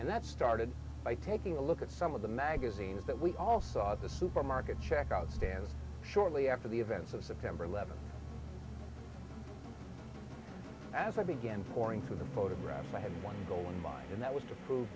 and that started by taking a look at some of the magazines that we all saw at the supermarket checkout stands shortly after the events of september eleventh as i began pouring through the photographs i had one goal in mind and that was t